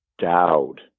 Dowd